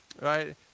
right